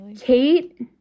Kate